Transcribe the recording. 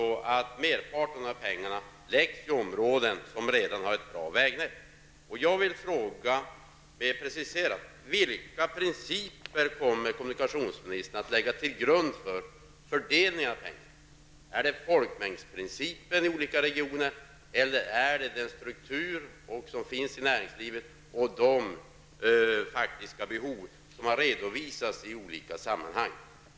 Merparten av pengarna får inte satsas i områden som redan har ett bra vägnät. Jag vill ställa en mer preciserad fråga: Vilka principer kommer kommunikationsministern att ha som grund vid fördelning av pengarna? Är det folkmängden i olika regioner, eller är det den struktur som finns i näringslivet och de faktiska behov som har redovisats i olika sammanhang?